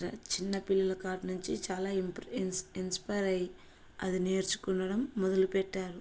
చిన్న పిల్లల కాడి నుంచి చాలా ఇంప ఇన్స్ ఇన్స్పైర్ అయ్యి అది నేర్చుకొనడం మొదలుపెట్టారు